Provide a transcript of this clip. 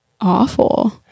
awful